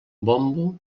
bombo